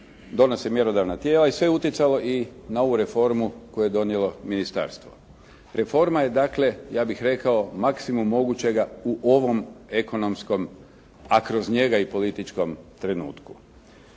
donose mjerodavna tijela i sve je utjecalo i na ovu reformu koju je donijelo ministarstvo. Reforma je dakle ja bih rekao maksimum mogućega u ovom ekonomskom, a kroz njega i političkom trenutku.